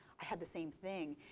i had the same thing.